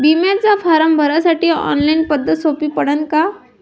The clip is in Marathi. बिम्याचा फारम भरासाठी ऑनलाईन पद्धत सोपी पडन का?